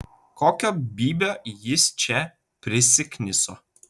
kokio bybio jis čia prisikniso